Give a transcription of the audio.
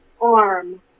arm